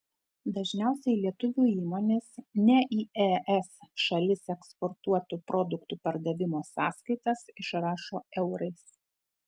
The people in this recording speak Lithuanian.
dažniausiai lietuvių įmonės ne į es šalis eksportuotų produktų pardavimo sąskaitas išrašo eurais